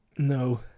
No